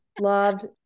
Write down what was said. loved